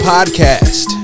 Podcast